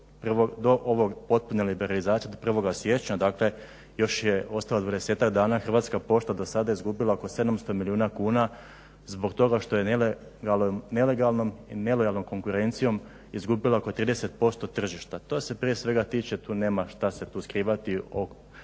do ove potpune liberalizacije od 1.siječnja dakle još je ostalo dvadesetak dana Hrvatska pošta do sada izgubila oko 700 milijuna kuna zbog toga što je nelegalnom i nelojalnom konkurencijom izgubila oko 30% tržišta. To se prije svega tiče tu nema šta se tu skrivati